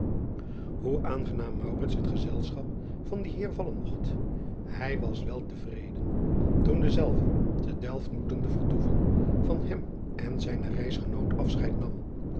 oe aangenaam het gezelschap van dien eer vallen mogt hij was wel te vreden toen dezelve te elft moetende vertoeven van hem en zijnen reisgenoot afscheid nam